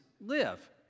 live